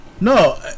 No